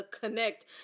connect